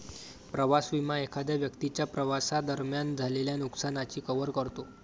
प्रवास विमा एखाद्या व्यक्तीच्या प्रवासादरम्यान झालेल्या नुकसानाची कव्हर करतो